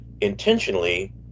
intentionally